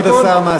כבוד השר,